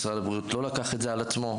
משרד הבריאות לא לקח את זה על עצמו.